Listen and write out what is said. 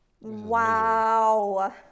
Wow